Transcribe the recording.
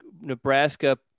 Nebraska